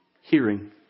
hearing